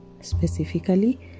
specifically